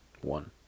one